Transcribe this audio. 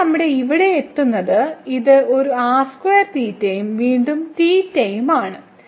ഇപ്പോൾ നമ്മൾ ഇവിടെയെത്തുന്നത് ഇത് ഒരു ഉം വീണ്ടും ഉം ആണ്